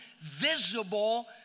visible